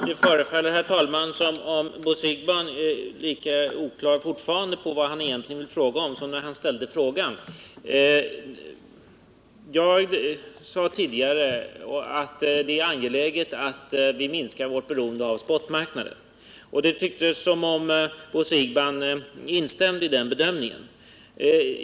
Herr talman! Det förefaller som om Bo Siegbahn fortfarande är lika oklar över vad han egentligen vill fråga om som när han ställde frågan. Jag sade tidigare att det är angeläget att minska vårt beroende av spot-marknaden, och det tycktes som om Bo Siegbahn instämde i den bedömningen.